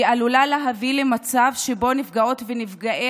היא עלולה להביא למצב שבו נפגעות ונפגעי